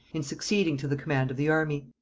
in succeeding to the command of the army.